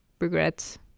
regrets